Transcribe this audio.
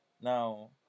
now